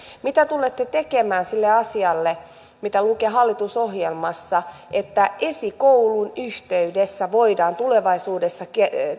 mitä tulette tekemään sille asialle mikä lukee hallitusohjelmassa että esikoulun yhteydessä voidaan tulevaisuudessa